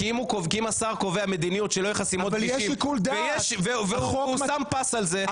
כי אם השר קובע מדיניות שלא יהיה חסימות כבישים והוא שם פס על זה,